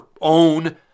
own